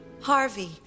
Harvey